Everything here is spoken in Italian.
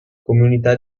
comunità